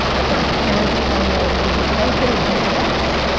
my friends' parents were telling me i was a loser, cause i was getting d's and f's.